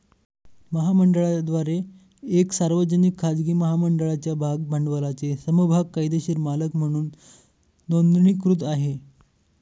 महामंडळाद्वारे एक सार्वजनिक, खाजगी महामंडळाच्या भाग भांडवलाचे समभाग कायदेशीर मालक म्हणून नोंदणीकृत आहे